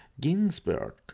Ginsburg